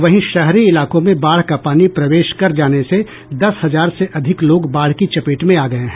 वहीं शहरी इलाकों में बाढ़ का पानी प्रवेश कर जाने से दस हजार से अधिक लोग बाढ़ की चपेट में आ गये हैं